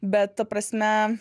bet ta prasme